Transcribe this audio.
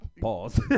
Pause